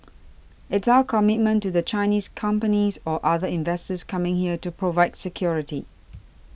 it's our commitment to the Chinese companies or other investors coming there to provide security